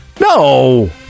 no